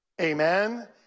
amen